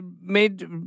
made